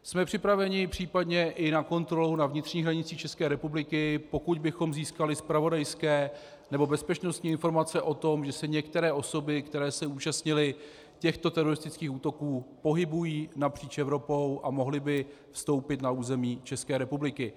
Jsme připraveni případně i na kontrolu na vnitřních hranicích České republiky, pokud bychom získali zpravodajské nebo bezpečnostní informace o tom, že se některé osoby, které se účastnily těchto teroristických útoků, pohybují napříč Evropou a mohly by vstoupit na území České republiky.